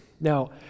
Now